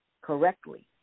correctly